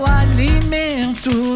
alimento